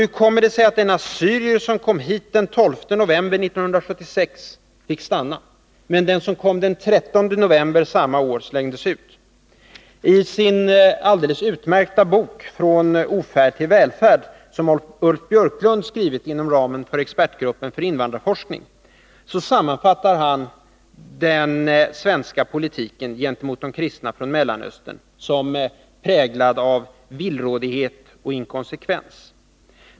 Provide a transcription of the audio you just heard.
Hur kommer det sig att en assyrier som kom hit den 12 november 1976 fick stanna, men att den som kom den 13 november samma år slängdes ut? I den utmärkta boken Från ofärd till välfärd, som Ulf Björklund skrivit inom ramen för Expertgruppen för invandrarforskning, sammanfattar han den svenska politiken gentemot de kristna från Mellanöstern som präglad av ”villrådighet och inkonsekvens”.